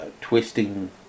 twisting